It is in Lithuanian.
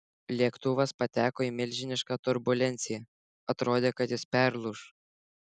lėktuvas pateko į milžinišką turbulenciją atrodė kad jis perlūš